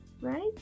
right